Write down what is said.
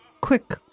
quick